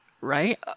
Right